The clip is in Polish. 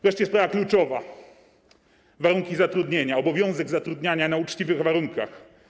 Wreszcie sprawa kluczowa - warunki zatrudnienia, obowiązek zatrudniania na uczciwych warunkach.